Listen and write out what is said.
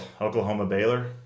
Oklahoma-Baylor